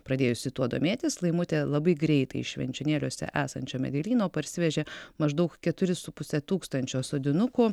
pradėjusi tuo domėtis laimutė labai greitai iš švenčionėliuose esančio medelyno parsivežė maždaug keturi su puse tūkstančio sodinukų